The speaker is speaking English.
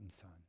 son